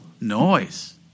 noise